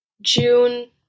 June